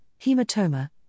hematoma